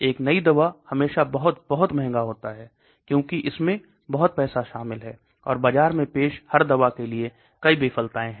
एक नई दवा हमेशा बहुत बहुत महंगा होता है क्योंकि इसमें बहुत पैसा शामिल है और बाजार में पेश हर दवा के लिए कई विफलताएं हैं